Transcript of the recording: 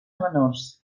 menors